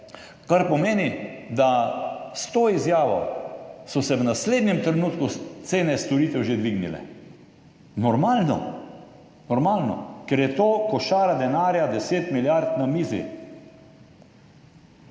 kar pomeni, da so se s to izjavo v naslednjem trenutku cene storitev že dvignile. Normalno. Normalno, ker je to košara denarja, 10 milijard na mizi.